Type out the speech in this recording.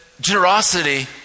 generosity